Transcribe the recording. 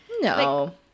no